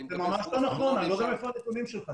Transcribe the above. אני מקבל ------ אני לא יודע מאיפה הנתונים שלך,